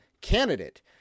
candidate